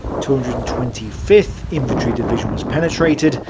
two hundred and twenty fifth infantry division was penetrated,